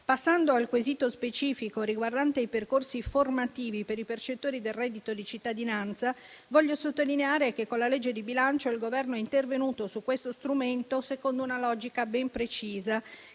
Passando al quesito specifico riguardante i percorsi formativi per i percettori del reddito di cittadinanza, voglio sottolineare che con la legge di bilancio il Governo è intervenuto su questo strumento secondo una logica ben precisa,